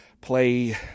play